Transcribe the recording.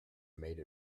made